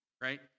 right